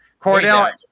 Cordell